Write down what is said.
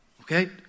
okay